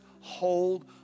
hold